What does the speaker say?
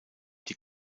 die